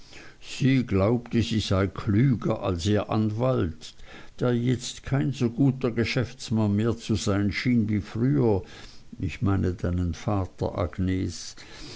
sie glaubte sie sei klüger als ihr anwalt der jetzt kein so guter geschäftsmann mehr zu sein schien wie früher ich meine deinen vater agnes